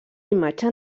imatge